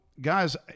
guys